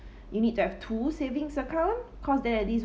you need to have two savings account cause there are this